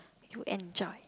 you enjoy